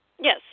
Yes